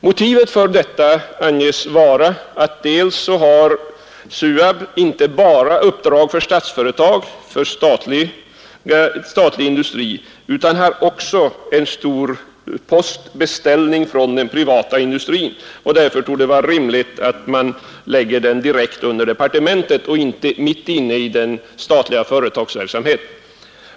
Motivet för detta anges vara att SUAB inte bara har uppdrag för statlig industri utan att bolaget även har stora beställningar från den privata industrin, varför det torde vara rimligt att lägga det direkt under departementet och inte mitt inne i den statliga företagsverksamheten.